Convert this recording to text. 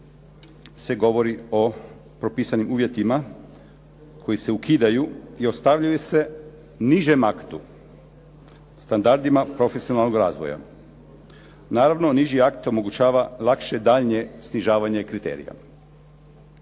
se govori o propisanim uvjetima koji se ukidaju i ostavljaju se nižem aktu standardima profesionalnog razvoja. Naravno niži akt omogućava lakše daljnje snižavanje kriterija.